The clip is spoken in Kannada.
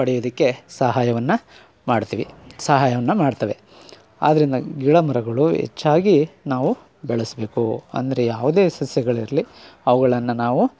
ಪಡಿಯೋದಕ್ಕೆ ಸಹಾಯವನ್ನು ಮಾಡ್ತೀವಿ ಸಹಾಯವನ್ನು ಮಾಡ್ತವೆ ಆದ್ರಿಂದ ಗಿಡ ಮರಗಳು ಹೆಚ್ಚಾಗೀ ನಾವು ಬೆಳೆಸಬೇಕು ಅಂದರೆ ಯಾವುದೇ ಸಸ್ಯಗಳಿರಲಿ ಅವುಗಳನ್ನು ನಾವು